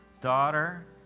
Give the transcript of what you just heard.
daughter